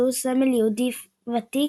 שהוא סמל יהודי ותיק,